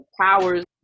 powers